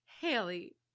Haley